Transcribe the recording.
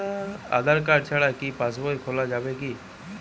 আধার card ছাড়া কি পাসবই খোলা যাবে কি?